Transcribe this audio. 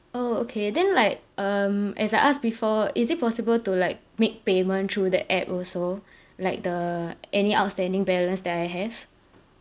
orh okay then like um as I ask before is it possible to like make payment through the app also like the any outstanding balance that I have